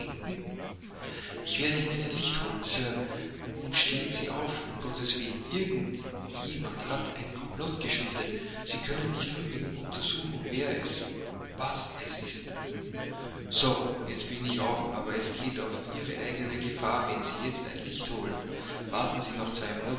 ich werde ihnen ein licht holen sir und stehen sie auf um gottes willen irgend jemand hat ein komplott geschmiedet sie können nicht früh genug untersuchen wer es was es ist so jetzt bin ich auf aber es geht auf ihre eigene gefahr wenn sie jetzt ein licht holen warten sie noch zwei